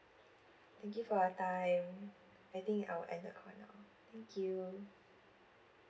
thank you for your time I think I will end the call now ah thank you